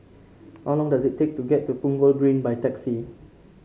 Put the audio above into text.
how long does it take to get to Punggol Green by taxi